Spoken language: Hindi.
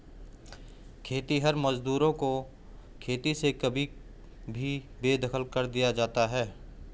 खेतिहर मजदूरों को खेती से कभी भी बेदखल कर दिया जाता है